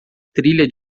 trilha